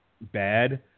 bad